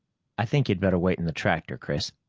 i think you'd better wait in the tractor, chris.